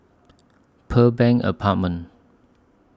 Pearl Bank Apartment